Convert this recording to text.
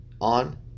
On